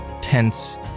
tense